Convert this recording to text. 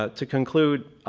ah to conclude,